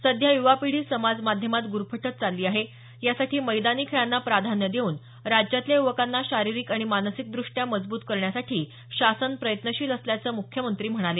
सध्या युवा पिढी समाज माध्यमात ग्रफटत चालली आहे यासाठी मैदानी खेळांना प्राधान्य देवून राज्यातल्या युवकांना शारिरीक आणि मानसिकदृष्टया मजबूत करण्यासाठी शासन प्रयत्नशील असल्याचं मुख्यमंत्री म्हणाले